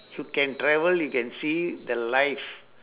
you can travel you can see the life